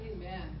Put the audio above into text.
Amen